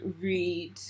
read